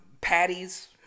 patties